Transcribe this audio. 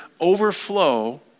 overflow